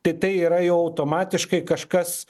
tai tai yra jau automatiškai kažkas